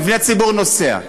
מבני ציבור, נוסע.